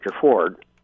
Ford